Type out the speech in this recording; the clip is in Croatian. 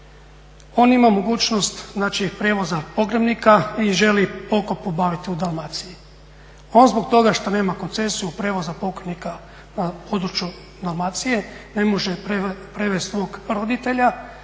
On ima mogućnost znači prijevoza pogrebnika i želi pokop obavit u Dalmaciji. On zbog toga što nema koncesiju prijevoza pokojnika na području Dalmacije ne može prevest svog roditelja